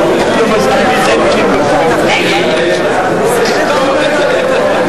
3, כהצעת הוועדה, נתקבל.